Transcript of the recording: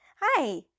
Hi